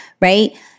right